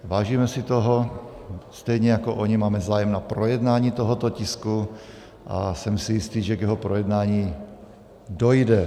Vážíme si toho, stejně jako oni máme zájem na projednání tohoto tisku a jsem si jistý, že k jeho projednání dojde.